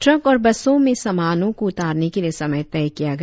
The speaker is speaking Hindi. ट्रक और बसों से सामानों को उतारने के लिए समय तय किया गया